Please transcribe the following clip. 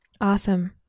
Awesome